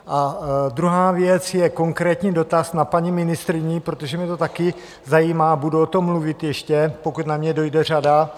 A druhá věc je konkrétní dotaz na paní ministryni, protože mě to taky zajímá, budu o tom mluvit ještě, pokud na mě dojde řada.